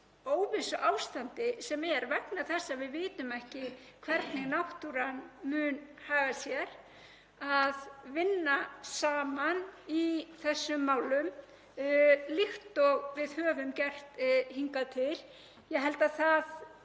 óvissuástandi sem nú er, vegna þess að við vitum ekki hvernig náttúran mun haga sér, að vinna saman í þessum málum líkt og við höfum gert hingað til. Ég held að það